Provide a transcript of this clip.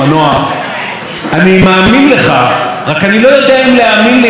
אני רק לא יודע אם להאמין לידך הימנית או לידך השמאלית.